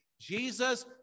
Jesus